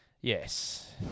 yes